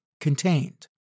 contained